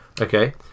Okay